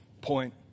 point